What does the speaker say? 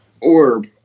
orb